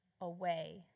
away